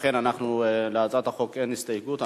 אכן להצעת החוק אין הסתייגות.